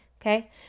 Okay